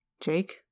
Jake